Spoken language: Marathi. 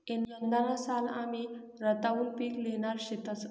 यंदाना साल आमी रताउनं पिक ल्हेणार शेतंस